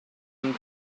and